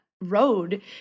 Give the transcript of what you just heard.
road